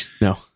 no